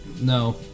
No